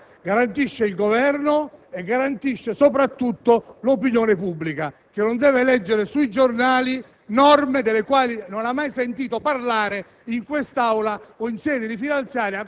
ma anche la maggioranza, il Governo e, soprattutto, l'opinione pubblica, che non deve leggere sui giornali norme delle quali non ha mai sentito parlare